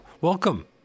Welcome